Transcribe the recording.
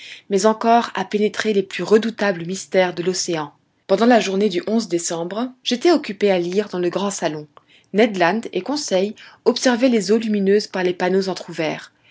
mais encore à pénétrer les plus redoutables mystères de l'océan pendant la journée du décembre j'étais occupé à lire dans le grand salon ned land et conseil observaient les eaux lumineuses par les panneaux entr'ouverts